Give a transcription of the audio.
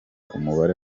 umubare